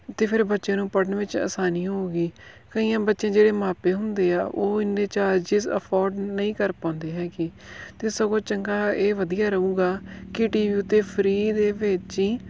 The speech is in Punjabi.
ਅਤੇ ਫਿਰ ਬੱਚਿਆਂ ਨੂੰ ਪੜ੍ਹਨ ਵਿੱਚ ਆਸਾਨੀ ਹੋਊਗੀ ਕਈਆਂ ਬੱਚਿਆਂ ਜਿਹੜੇ ਮਾਪੇ ਹੁੰਦੇ ਆ ਉਹ ਇੰਨੇ ਚਾਰਜਿਸ ਅਫੋਰਡ ਨਹੀਂ ਕਰ ਪਾਉਂਦੇ ਹੈਗੇ ਤਾਂ ਸਗੋਂ ਚੰਗਾ ਇਹ ਵਧੀਆ ਰਹੂਗਾ ਕਿ ਟੀ ਵੀ ਉੱਤੇ ਫਰੀ ਦੇ ਵਿੱਚ ਹੀ